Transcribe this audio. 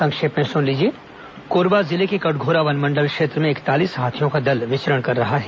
संक्षिप्त समाचार कोरबा जिले के कटघोरा वन मंडल क्षेत्र में इकतालीस हाथियों का दल विचरण कर रहा है